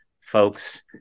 folks